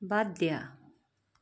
বাদ দিয়া